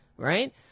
Right